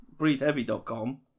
BreatheHeavy.com